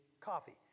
coffee